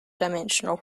dimensional